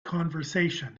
conversation